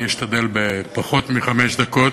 אשתדל בפחות מחמש דקות.